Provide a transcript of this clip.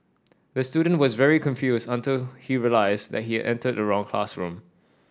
the student was very confused until he realised and he entered the wrong classroom